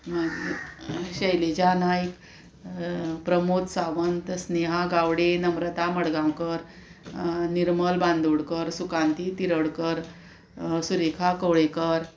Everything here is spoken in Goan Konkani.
मागीर शैलीजा नायक प्रमोद सावंत स्नेहा गावडे नम्रता मडगांवकर निर्मल बांदोडकर सुकांत तिरडकर सुरेखा कवळेकर